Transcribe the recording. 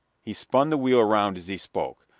he spun the wheel around as he spoke.